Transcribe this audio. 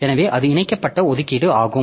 எனவே அது இணைக்கப்பட்ட ஒதுக்கீடு ஆகும்